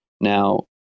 now